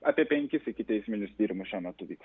apie penkis ikiteisminius tyrimus šiuo metu vyks